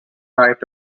diet